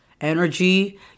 energy